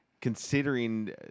considering